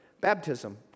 baptism